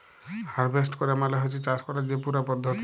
harvest ক্যরা মালে হছে চাষ ক্যরার যে পুরা পদ্ধতি